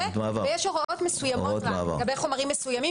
ויש הוראות מסוימות לגבי חומרים מסוימים